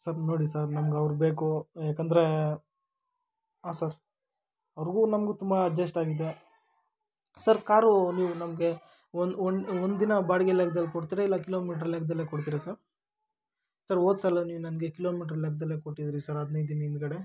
sir ನೋಡಿ sir ನಮ್ಗೆ ಅವ್ರು ಬೇಕು ಏಕಂದರೆ ಹಾಂ ಸರ್ ಅವ್ರಿಗೂ ನಮಗೂ ತುಂಬ ಅಜ್ಜೆಷ್ಟಾಗಿದೆ ಸರ್ ಕಾರು ನೀವು ನಮಗೆ ಒನ್ ಒನ್ ಒನ್ ದಿನ ಬಾಡಿಗೆ ಲೆಕ್ಕದಲ್ಲಿ ಕೊಡ್ತೀರಾ ಇಲ್ಲ ಕಿಲೋಮೀಟರ್ ಲೆಕ್ಕದಲ್ಲೇ ಕೊಡ್ತೀರಾ ಸರ್ ಸರ್ ಹೋದ್ಸಲ ನೀವು ನನಗೆ ಕಿಲೋಮೀಟರ್ ಲೆಕ್ಕದಲ್ಲೇ ಕೊಟ್ಟಿದ್ದಿರಿ ಸರ್ ಹದಿನೈದು ದಿನ ಹಿಂದುಗಡೆ